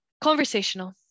conversational